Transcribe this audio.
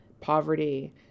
poverty